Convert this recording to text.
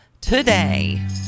today